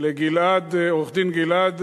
לעורך-דין גלעד,